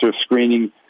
screening